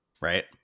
right